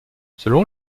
selon